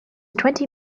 twenty